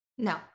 No